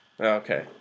Okay